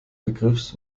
begriffs